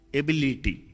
ability